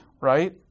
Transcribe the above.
right